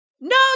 No